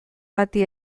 bati